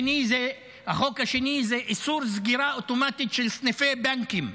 החוק השני זה איסור סגירה אוטומטית של סניפי בנקים.